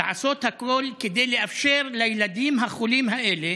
לעשות הכול כדי לאפשר לילדים החולים האלה